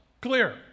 clear